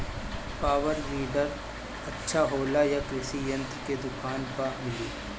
Power weeder अच्छा होला यह कृषि यंत्र के दुकान पर मिली?